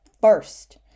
first